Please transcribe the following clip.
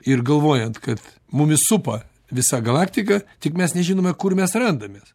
ir galvojant kad mumis supa visa galaktika tik mes nežinome kur mes randamės